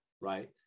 right